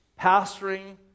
pastoring